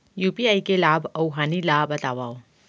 UPI के लाभ अऊ हानि ला बतावव